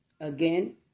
again